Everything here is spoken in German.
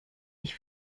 ich